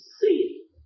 see